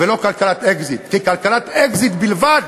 ולא כלכלת אקזיט, כי כלכלת אקזיט בלבד